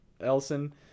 Elson